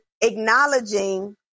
acknowledging